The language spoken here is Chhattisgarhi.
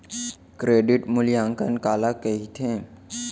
क्रेडिट मूल्यांकन काला कहिथे?